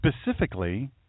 Specifically